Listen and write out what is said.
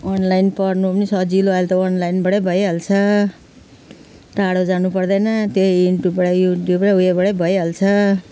online पढ्नु पनि सजिलो अहिले त अनलाइनबाटै भइहाल्छ टाढो जानु पर्दैन त्यही युट्युबबाटै उयोबाटै भइहाल्छ